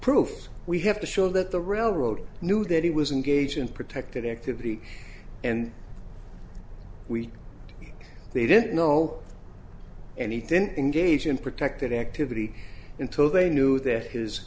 proof we have to show that the railroad knew that he was engaged in protected activity and we they didn't know anything engage in protected activity until they knew that his